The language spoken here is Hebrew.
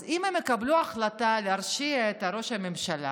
אז אם הם יקבלו החלטה להרשיע את ראש הממשלה,